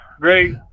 Great